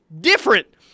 different